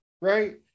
right